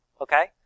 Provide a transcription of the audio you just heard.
okay